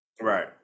Right